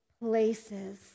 places